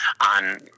on